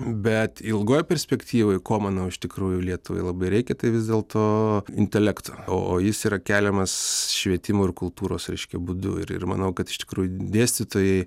bet ilgoj perspektyvoj ko manau iš tikrųjų lietuvai labai reikia tai vis dėlto intelekto o jis yra keliamas švietimo ir kultūros reiškia būdu ir ir manau kad iš tikrųjų dėstytojai